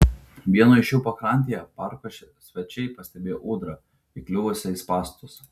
vieno iš jų pakrantėje parko svečiai pastebėjo ūdrą įkliuvusią į spąstus